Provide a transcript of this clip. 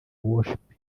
worship